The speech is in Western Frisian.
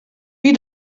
wie